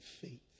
faith